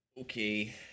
Okay